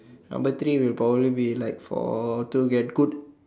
number three will probably be like for to get good